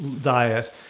diet